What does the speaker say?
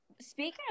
speaking